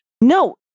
no